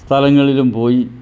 സ്ഥലങ്ങളിലും പോയി